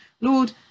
Lord